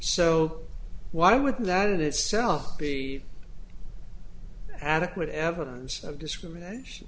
so why would that in itself be adequate evidence of discrimination